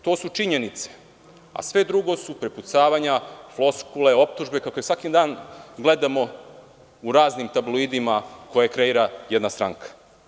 To su činjenice, a sve drugo su prepucavanja, floskule, optužbe koje svaki dan gledamo u raznim tabloidima koje kreira jedna stranka.